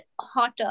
hotter